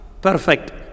perfect